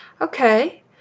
Okay